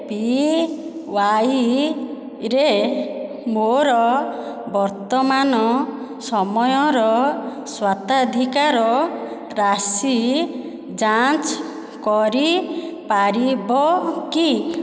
P ୱାଇରେ ମୋର ବର୍ତ୍ତମାନ ସମୟର ସ୍ୱତ୍ୱାଧିକାର ରାଶି ଯାଞ୍ଚ କରିପାରିବ କି